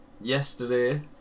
Yesterday